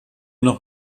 noch